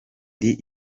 ndi